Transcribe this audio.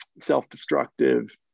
self-destructive